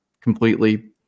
completely